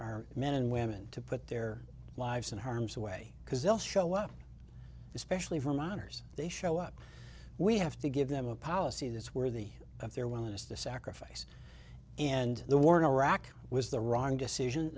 our men and women to put their lives in harm's way because they'll show up especially for minors they show up we have to give them a policy that's worthy of their willingness to sacrifice and the war in iraq was the wrong decision